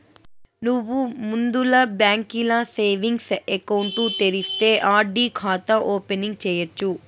నువ్వు ముందల బాంకీల సేవింగ్స్ ఎకౌంటు తెరిస్తే ఆర్.డి కాతా ఓపెనింగ్ సేయచ్చు